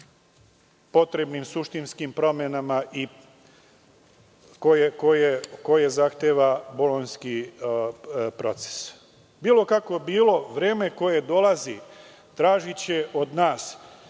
potrebnim suštinskim promenama koje zahteva bolonjski proces. Bilo kako bilo, vreme koje dolazi tražiće od nas